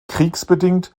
kriegsbedingt